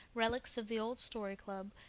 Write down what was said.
relics of the old story club,